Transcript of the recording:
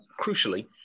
Crucially